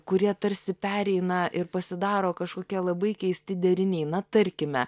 kurie tarsi pereina ir pasidaro kažkokie labai keisti deriniai na tarkime